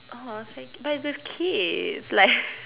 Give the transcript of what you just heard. oh thank it's with kids like